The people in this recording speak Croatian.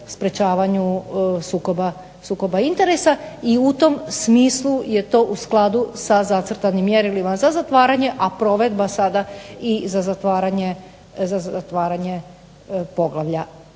sprečavanju sukoba interesa. I u tom smislu je to u skladu sa zacrtanim mjerilima za zatvaranje, a provedba sada i za zatvaranje poglavlja.